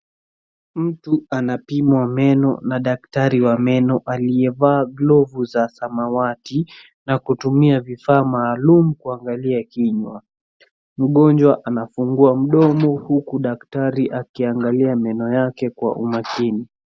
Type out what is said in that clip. Mtu anapimwa meno na daktari wa meno aliyevaa glovu za samawati na kutumia vifaa maalum kuangalia kinywa. Mgonjwa anafungua mdomo huku daktari akiangalia meno yake kwa umakini.